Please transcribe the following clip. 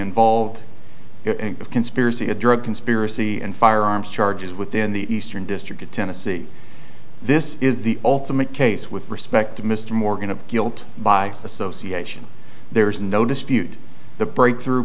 involved in a conspiracy a drug conspiracy and firearms charges within the eastern district of tennessee this is the ultimate case with respect to mr morgan of guilt by association there is no dispute the breakthrough